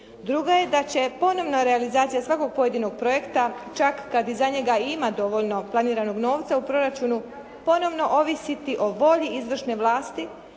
Drugo je da će ponovna realizacija svakog pojedinog projekta kada i za njega ima dovoljno planiranog novca u proračunu, ponovno ovisiti o volji izvršne vlasti